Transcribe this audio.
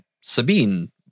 Sabine